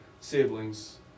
siblings